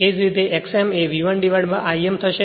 એ જ રીતે X m એ V1I m થશે